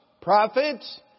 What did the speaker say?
prophets